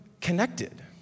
connected